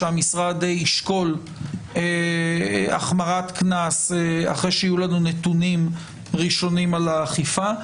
שהמשרד ישקול החמרת קנס אחרי שיהיו לנו נתונים ראשונים על האכיפה.